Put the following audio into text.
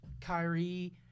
Kyrie